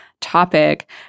topic